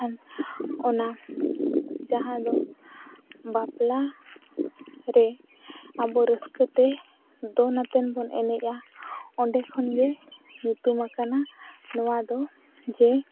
ᱢᱮᱱᱠᱷᱟᱱ ᱚᱱᱟ ᱡᱟᱦᱟᱸᱫᱚ ᱵᱟᱯᱞᱟᱨᱮ ᱟᱵᱚ ᱨᱟᱹᱥᱠᱟᱹᱛᱮ ᱫᱚᱱ ᱟᱛᱮ ᱵᱚᱱ ᱮᱱᱮᱡᱟ ᱚᱸᱰᱮ ᱠᱷᱚᱱᱜᱮ ᱧᱩᱛᱩᱢ ᱟᱠᱟᱱᱟ ᱱᱚᱣᱟᱫᱚ ᱡᱮ